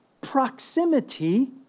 proximity